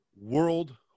World